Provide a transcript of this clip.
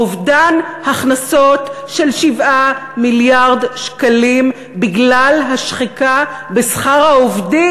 אובדן הכנסות של 7 מיליארד שקלים בגלל השחיקה בשכר העובדים.